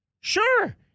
sure